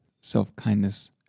self-kindness